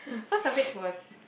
first of which was